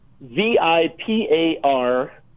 v-i-p-a-r